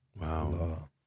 wow